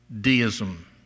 deism